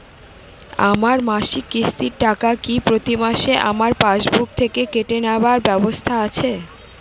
আমার মাসিক কিস্তির টাকা কি প্রতিমাসে আমার পাসবুক থেকে কেটে নেবার ব্যবস্থা আছে?